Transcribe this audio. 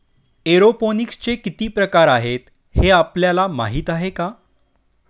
एरोपोनिक्सचे किती प्रकार आहेत, हे आपल्याला माहित आहे का?